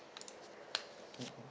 mm